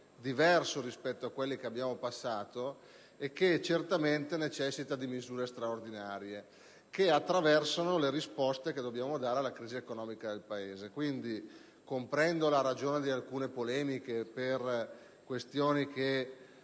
diverso rispetto a quelli che abbiamo passato e che certamente necessita di misure straordinarie che attraversino le risposte che dobbiamo dare alla crisi economica del Paese. Quindi, comprendo la ragione di alcune polemiche per le questioni che